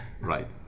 right